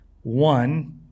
one